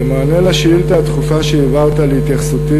במענה על השאילתה הדחופה שהעברת להתייחסותי